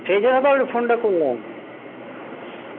সেই জন্য তো আমি ফোনটা করলাম